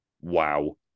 wow